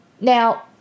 Now